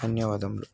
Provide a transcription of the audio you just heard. ధన్యవాదములు